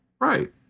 Right